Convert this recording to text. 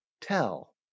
tell